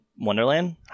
Wonderland